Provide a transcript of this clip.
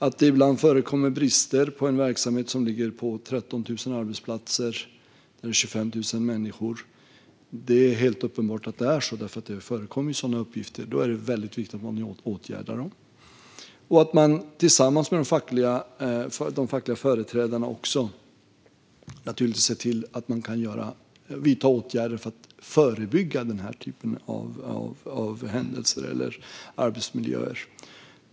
Att det ibland förekommer brister i en verksamhet med 13 000 arbetsplatser och 25 000 människor är helt uppenbart, men när det förekommer sådana uppgifter är det väldigt viktigt att man åtgärdar dem och också tillsammans med de fackliga företrädarna ser till att vidta åtgärder för att förebygga denna typ av händelser eller arbetsmiljöer.